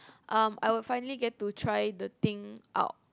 um I will finally get to try the thing out